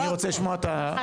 לא, אני רוצה לשמוע את הנציגים.